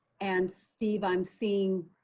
and steve, i'm seeing